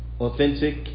authentic